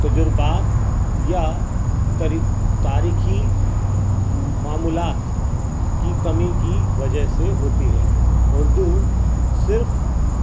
تجربات یا تری تاریخی معمولات کی کمی کی وجہ سے ہوتی ہے اردو صرف